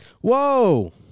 Whoa